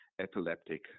epileptic